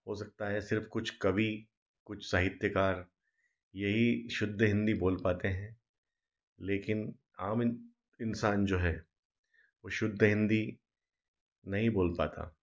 हो सकता है कुछ कवि कुछ साहित्यकार यही शुद्ध हिंदी बोल पाते हैं लेकिन आम इंसान जो है वो शुद्ध हिंदी नहीं बोल पाता